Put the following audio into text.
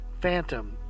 Phantom